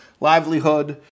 livelihood